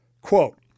Quote